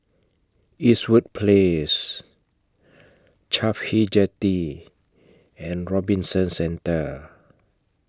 Eastwood Place Cafhi Jetty and Robinson Centre